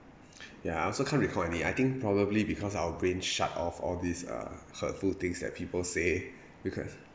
ya I also can't recall any I think probably because our brain shut off all these uh hurtful things that people say because